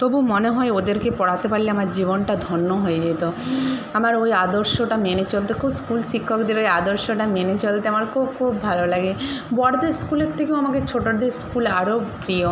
তবু মনে হয় ওদেরকে পড়াতে পারলে আমার জীবনটা ধন্য হয়ে যেত আমার ওই আদর্শটা মেনে চলতে খুব স্কুল শিক্ষকদের ওই আদর্শটা মেনে চলতে আমার খুব খুব ভালো লাগে বড়দের স্কুলের থেকেও আমাকে ছোটদের স্কুল আরো প্রিয়